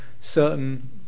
certain